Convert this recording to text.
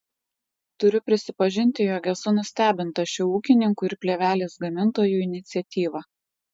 turiu prisipažinti jog esu nustebinta šia ūkininkų ir plėvelės gamintojų iniciatyva